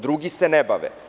Drugi se ne bave.